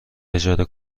اجاره